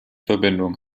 verbindung